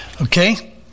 Okay